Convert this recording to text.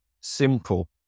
Simple